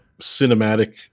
cinematic